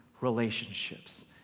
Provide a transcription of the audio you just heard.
relationships